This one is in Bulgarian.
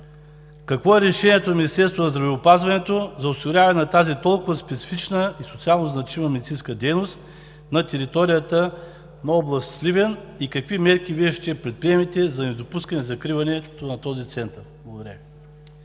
какво е решението на Министерството на здравеопазването за осигуряване на тази толкова специфична и социално значима медицинска дейност на територията на област Сливен и какви мерки ще предприемете за недопускане закриването на този център? Благодаря